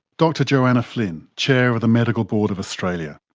dr joanna flynn, chair of the medical board of australia.